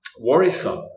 worrisome